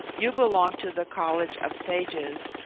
you belong to the college of sages,